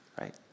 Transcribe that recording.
right